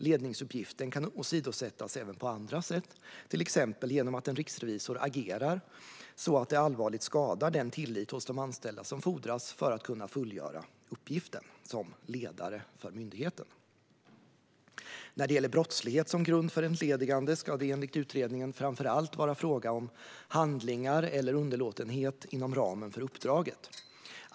Ledningsuppgiften kan åsidosättas även på andra sätt, till exempel genom att en riksrevisor agerar så att det allvarligt skadar den tillit hos de anställda som fordras för att uppgiften som ledare för myndigheten ska kunna fullgöras. När det gäller brottslighet som grund för entledigande ska det enligt utredningen framför allt vara fråga om handlingar eller underlåtenhet inom ramen för uppdraget.